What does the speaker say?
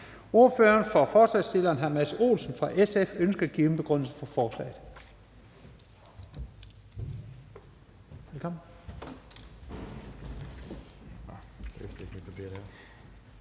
Ordføreren for forslagsstillerne, hr. Mads Olsen fra SF, ønsker at give en begrundelse for forslaget.